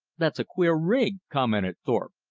that's a queer rig, commented thorpe.